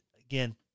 Again